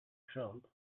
trump